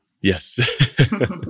Yes